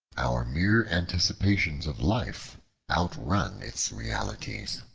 our mere anticipations of life outrun its realities.